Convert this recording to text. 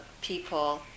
people